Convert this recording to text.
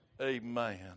amen